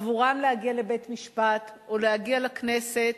עבורם להגיע לבית-משפט או להגיע לכנסת,